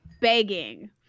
begging